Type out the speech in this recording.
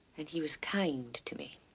and he was kind to me.